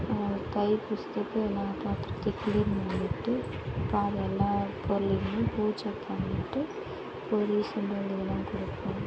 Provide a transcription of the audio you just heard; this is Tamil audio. தைப்பூசத்துக்கு எல்லா பாத்திரத்தையும் க்ளீன் பண்ணிட்டு எல்லாம் பொருளுங்களையும் பூஜை பண்ணிட்டு பொரி சுண்டல் இதெல்லாம் கொடுப்போம்